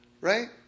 right